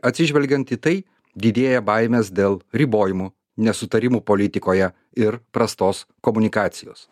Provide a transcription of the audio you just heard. atsižvelgiant į tai didėja baimės dėl ribojimų nesutarimų politikoje ir prastos komunikacijos